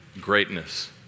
greatness